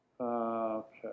Okay